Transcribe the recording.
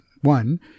one